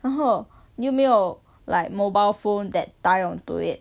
然后又没有 like mobile phone that tie onto it